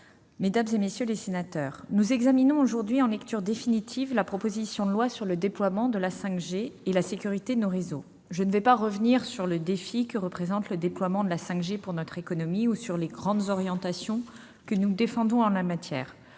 mesdames, messieurs les sénateurs, nous examinons aujourd'hui, en lecture définitive, la proposition de loi relative au déploiement de la 5G et à la sécurité de nos réseaux. Je ne reviendrai pas sur le défi que représente le déploiement de la 5G pour notre économie ni sur les grandes orientations que nous défendons en la matière